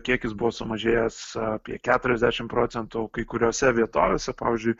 kiekis buvo sumažėjęs apie keturiasdešimt procentų kai kuriose vietovėse pavyzdžiui